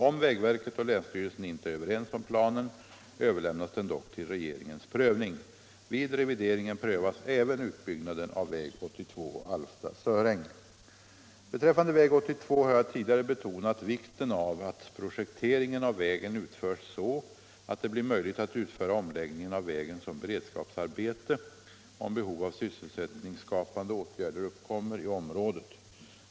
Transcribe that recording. Om vägverket och länsstyrelsen inte är överens om planen överlämnas den dock till regeringens prövning. Vid revideringen prövas även utbyggnaden av väg 82 Alfta-Söräng. Beträffande väg 82 har jag tidigare betonat vikten av att projekteringen av vägen utförs så att det blir möjligt att utföra omläggningen av vägen som beredskapsarbete, om behov av sysselsättningsskapande åtgärder uppkommer i området.